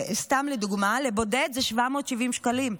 סתם לדוגמה, לבודד זה 770 שקלים.